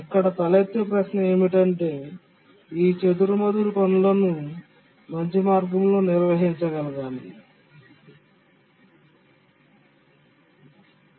ఇక్కడ తలెత్తే ప్రశ్న ఏమిటంటే ఈ చెదురుమదురు పనులను మంచి మార్గంలో నిర్వహించగలగాలి